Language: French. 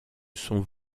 son